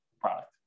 product